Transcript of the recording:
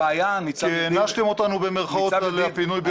כי הענשתם אותנו במרכאות על הפינוי ביום חמישי?